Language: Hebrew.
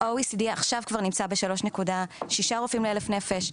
ה- OECD עכשיו כבר נמצא ב- 3.6 רופאים לאלף נפש,